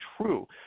true